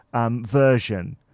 version